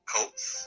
Colts